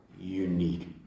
unique